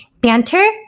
banter